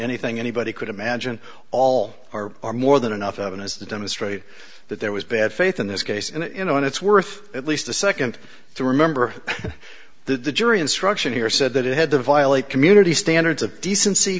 anything anybody could imagine all are are more than enough evidence to demonstrate that there was bad faith in this case and you know and it's worth at least the second through remember that the jury instruction here said that it had to violate community standards of decency